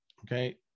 okay